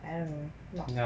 I don't know not